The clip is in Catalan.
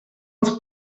els